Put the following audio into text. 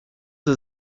sie